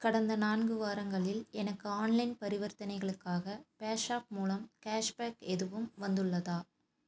கடந்த நான்கு வாரங்களில் எனக்கு ஆன்லைன் பரிவர்த்தனைகளுக்காக பேஸாப் மூலம் கேஷ்பேக் எதுவும் வந்துள்ளதா